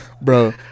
bro